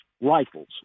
rifles